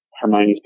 Hermione's